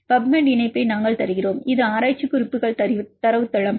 PubMed இணைப்பை நாங்கள் தருகிறோம் இது ஆராய்ச்சி குறிப்புகள் தரவுத்தளம்